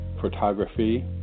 photography